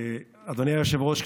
אדוני היושב-ראש,